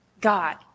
God